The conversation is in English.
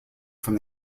from